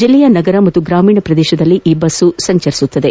ಜಿಲ್ಲೆಯ ನಗರ ಮತ್ತು ಗ್ರಾಮೀಣ ಪ್ರದೇಶಗಳಲ್ಲಿ ಈ ಬಸ್ ಸಂಚರಿಸಲಿದೆ